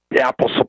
Apple